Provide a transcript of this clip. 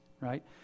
right